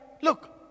look